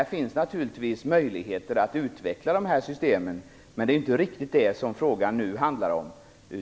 Det finns naturligtvis möjligheter att utveckla de här systemen, men det är inte riktigt det som frågan nu handlar om.